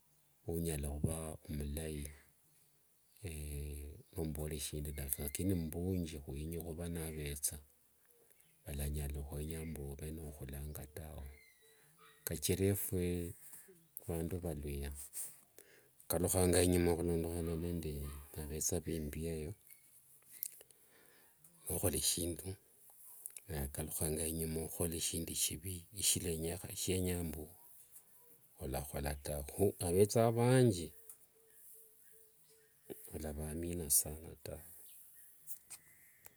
Khunyala khuva mulai khubore mbu lakini muvunthi khwenya khuva navetha, valanyala khwenya mbu ovenolakhulanga tawe. Kachirafue vandu valuhya khukalukhaga inyuma khulondekhana nende avetha vimbieyo. nokhola shindu naye akalukhanga inyuma khukhola shindu shivi eshialenyekha shienyanga mbu, olakhola tawe. Kho avetha vanji olavamina sana taa.